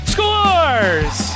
Scores